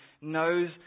knows